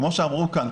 כמו שאמרו כאן,